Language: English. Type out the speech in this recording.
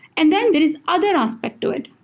and then there's other aspect of it,